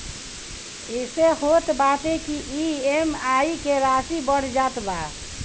एसे इ होत बाटे की इ.एम.आई के राशी बढ़ जात बा